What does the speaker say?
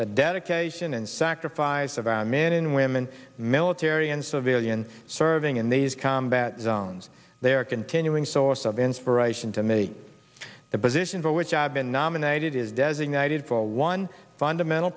the dedication and sacrifice of our men and women military and civilian serving in these combat zones they are continuing source of inspiration to me the position for which i've been nominated is designated for one fundamental